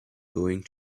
going